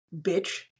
bitch